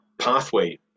pathway